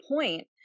point